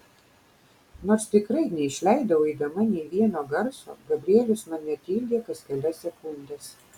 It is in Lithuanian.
nors tikrai neišleidau eidama nė vieno garso gabrielius mane tildė kas kelias sekundes